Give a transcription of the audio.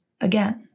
again